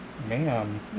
Man